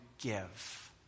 give